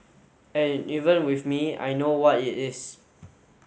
and even with me I know what it is